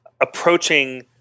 approaching